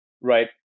right